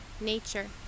nature